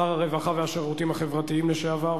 שר הרווחה והשירותים החברתיים לשעבר,